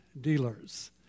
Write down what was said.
dealers